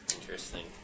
Interesting